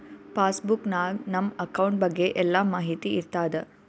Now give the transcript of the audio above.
pass book ನಾಗ್ ನಮ್ account ಬಗ್ಗೆ ಎಲ್ಲಾ ಮಾಹಿತಿ ಇರ್ತಾದ